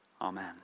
Amen